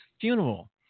funeral